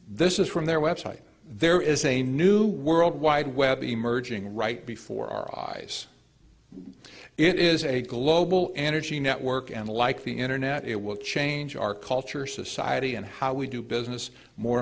this is from their website there is a new world wide web emerging right before our eyes it is a global energy network and like the internet it will change our culture society and how we do business more